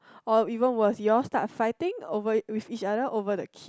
or even was you all will start fighting over with each other over the kid